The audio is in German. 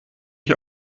ich